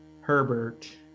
Herbert